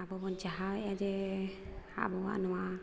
ᱟᱵᱚᱵᱚᱱ ᱪᱟᱦᱟᱣᱮᱫᱼᱟ ᱡᱮ ᱟᱵᱚᱣᱟᱜ ᱱᱚᱣᱟ